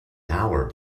hour